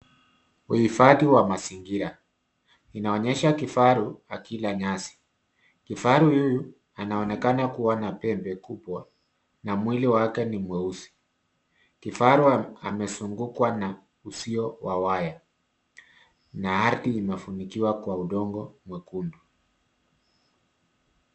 Uhifadhi wa mazingira. Inaonyesha kifaru akila nyasi. Kifaru huyu anaonekana kuwa na pembe kubwa na mwili wake ni mweusi. Kifaru amezungukwa na uzio wa waya na ardhi imefunikiwa kwa udongo mwekundu.